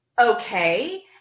okay